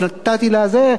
נתתי זה,